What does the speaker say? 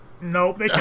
nope